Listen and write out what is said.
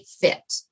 fit